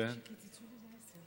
חשבתי שקיצצו את זה לעשר.